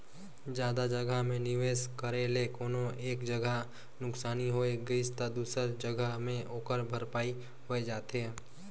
जादा जगहा में निवेस करे ले कोनो एक जगहा नुकसानी होइ गे ता दूसर जगहा में ओकर भरपाई होए जाथे